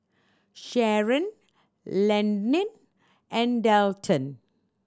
Sharon Landyn and Delton